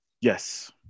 Yes